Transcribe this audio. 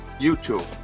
YouTube